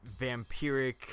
vampiric